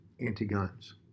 anti-guns